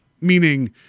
meaning